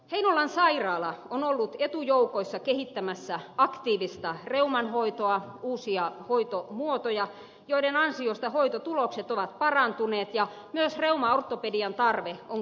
heinolan sairaala on ollut etujoukoissa kehittämässä aktiivista reumanhoitoa uusia hoitomuotoja joiden ansiosta hoitotulokset ovat parantuneet ja myös reumaortopedian tarve on kääntynyt laskuun